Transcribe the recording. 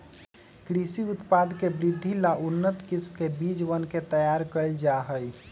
कृषि उत्पाद के वृद्धि ला उन्नत किस्म के बीजवन के तैयार कइल जाहई